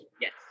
yes